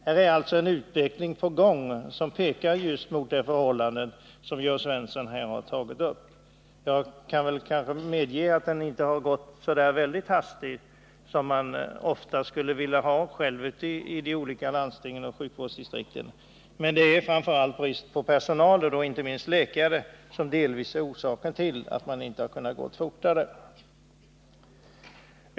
Här är alltså en utveckling på gång mot just de förhållanden som Jörn Svensson har tagit upp. Jag kan medge att den inte har gått så hastigt som man skulle önska ute i de olika landstingen och sjukvårdsdistrikten. Men det är brist på personal, inte minst läkare, som är orsaken till att den inte gått fortare.